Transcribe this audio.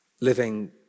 Living